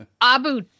Abu